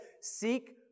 seek